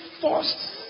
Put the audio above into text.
forced